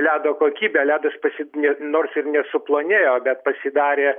ledo kokybę ledas pasid ne nors ir nesuplonėjo bet pasidarė